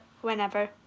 whenever